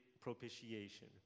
propitiation